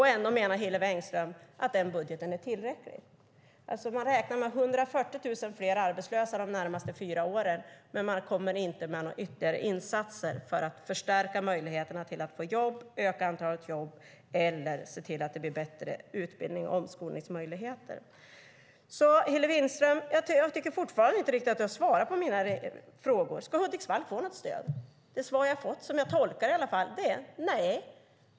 Ändå menar Hillevi Engström att den budgeten är tillräcklig. Man räknar alltså med 140 000 fler arbetslösa de närmaste fyra åren, men man kommer inte med några ytterligare insatser för att förstärka möjligheterna till jobb, för att öka antalet jobb eller för att se till att det blir bättre utbildnings och omskolningsmöjligheter. Jag tycker fortfarande inte att Hillevi Engström riktigt har svarat på mina frågor: Ska Hudiksvall få något stöd? Det svar som jag har fått, som jag tolkar det i alla fall, är nej.